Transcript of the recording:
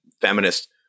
feminist